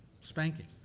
spanking